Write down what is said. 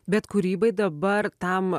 bet kūrybai dabar tam